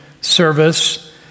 service